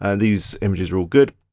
and these images are all good.